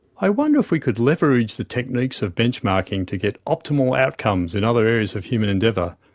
i wonder if we could leverage the techniques of benchmarking to get optimal outcomes in other areas of human endeavour,